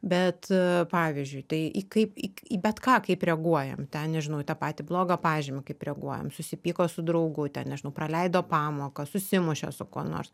bet pavyzdžiui tai į kaip į į bet ką kaip reaguojam ten nežinau į tą patį blogą pažymį kaip reaguojam susipyko su draugu ten nežinau praleido pamoką susimušė su kuo nors